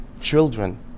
Children